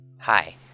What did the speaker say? Hi